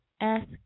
Ask